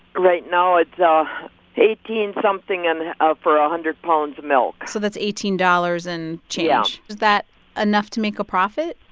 right now, it's um eighteen something and ah for a hundred pounds of milk so that's eighteen dollars and change yeah is that enough to make a profit?